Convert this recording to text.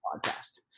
podcast